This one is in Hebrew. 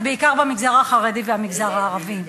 ובעיקר במגזר החרדי ובמגזר הערבי.